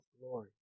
glory